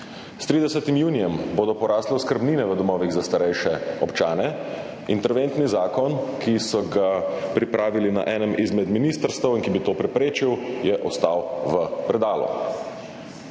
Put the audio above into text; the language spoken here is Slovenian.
S 30. junijem bodo porasle oskrbnine v domovih za starejše občane. Interventni zakon, ki so ga pripravili na enem izmed ministrstev in ki bi to preprečil, je ostal v predalu.